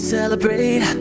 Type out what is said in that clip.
Celebrate